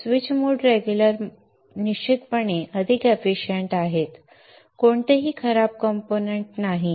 switch mode regulator निश्चितपणे अधिक efficient आहेत कोणतेही खराब कंपोनेंट्स नाहीत